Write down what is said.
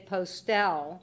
Postel